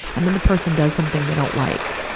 and then the person does something they don't like,